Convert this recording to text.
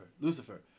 Lucifer